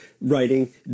writing